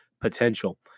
potential